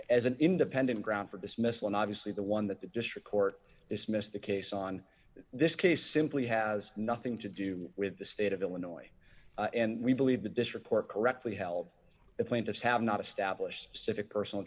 as an independent grounds for dismissal an obviously the one that the district court dismissed the case on this case simply has nothing to do with the state of illinois and we believe that this report correctly held the plaintiffs have not established civic personal